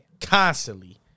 Constantly